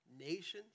nations